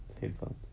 headphones